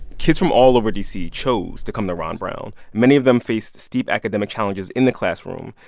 kids from all over d c. chose to come the ron brown. many of them faced steep academic challenges in the classroom,